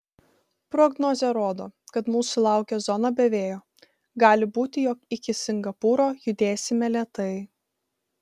prognozė rodo kad mūsų laukia zona be vėjo gali būti jog iki singapūro judėsime lėtai